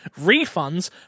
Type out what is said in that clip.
refunds